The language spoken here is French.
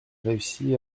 réussi